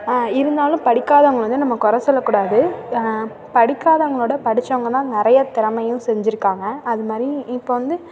இருந்தாலும் படிக்காதவங்க வந்து நம்ம கொறை சொல்லக்கூடாது படிக்காதவங்களை விட படித்தவங்க தான் நிறைய திறமையும் செஞ்சுருக்காங்க அது மாதிரி இப்போ வந்து